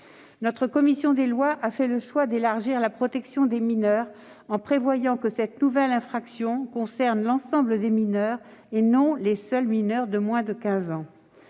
Notre commission des lois a fait le choix d'élargir la protection des mineurs en prévoyant que cette nouvelle infraction concerne l'ensemble des mineurs et non les seuls mineurs de 15 ans.